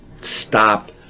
stop